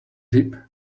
hip